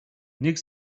нэг